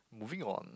moving on